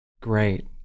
Great